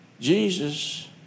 Jesus